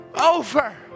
Over